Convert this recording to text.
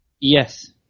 Yes